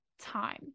time